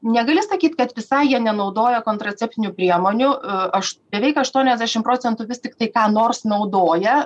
negali sakyt kad visai jie nenaudoja kontraceptinių priemonių aš beveik aštuoniasdešim procentų vis tiktai ką nors naudoja